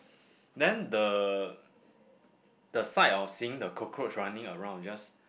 then the the sight of seeing the cockroach running around is just